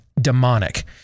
demonic